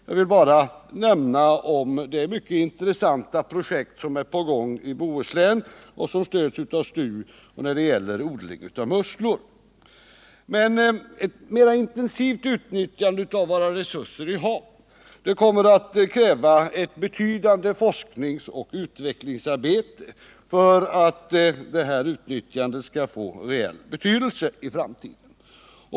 Jag vill bara nämna det mycket intressanta projekt som är på gång i Bohuslän, med stöd av STU, och som gäller odling av musslor. Ett mera intensivt utnyttjande av våra resurser i havet kommer emellertid att kräva ett betydande forskningsoch utvecklingsarbete för att få reell betydelse i framtiden.